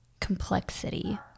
complexity